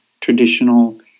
traditional